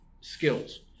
skills